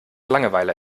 langeweile